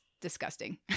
disgusting